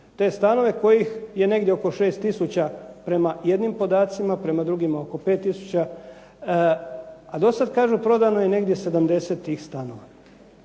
te stanove kojih je negdje oko 6000 prema jednim podacima, prema drugima oko 5000. A dosad kažu prodano je negdje 70 tih stanova.